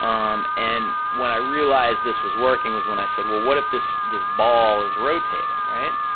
um and when i realized this was working was when i said, well, what if this, this ball is rotating, right?